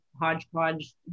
hodgepodge